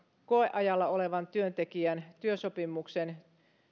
koeajalla olevan työntekijän työsopimuksen